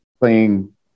playing